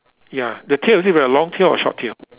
ya the tail is it like a long tail or short tail